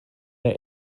der